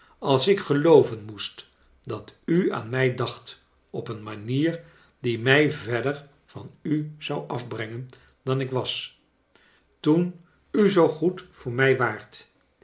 als ik gelooven moest dat u aan mij dacht op een manier die mij verder van u zou afbrengen dan ik was toen u zoo goed voor mij waart